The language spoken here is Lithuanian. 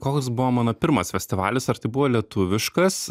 koks buvo mano pirmas festivalis ar tai buvo lietuviškas